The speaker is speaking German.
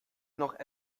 noch